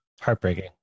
Heartbreaking